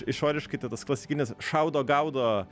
išoriškai tai tas klasikinis šaudo gaudo